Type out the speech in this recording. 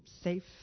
safe